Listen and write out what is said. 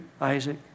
Isaac